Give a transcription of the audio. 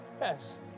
Yes